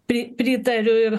pri pritariu ir